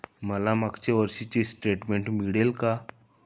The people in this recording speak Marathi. मला मागच्या वर्षीचे स्टेटमेंट मिळेल का?